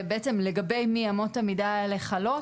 בעצם לגבי מי אמות המידה האלה חלות.